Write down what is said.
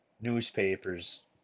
newspapers